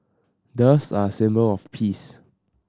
doves are symbol of peace